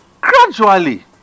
Gradually